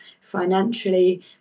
financially